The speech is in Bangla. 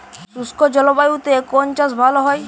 শুষ্ক জলবায়ুতে কোন চাষ ভালো হয়?